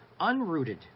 unrooted